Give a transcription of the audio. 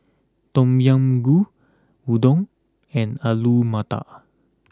Tom Yam Goong Udon and Alu Matar